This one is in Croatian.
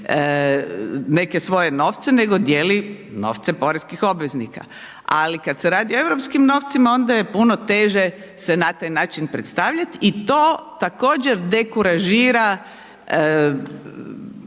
neke svoje novce, nego dijeli novce poreznih obveznika, ali kad se radi o europskim novcima onda je puno teže se na taj način predstavljat i to također dekuražira